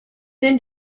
then